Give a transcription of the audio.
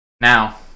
Now